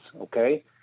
okay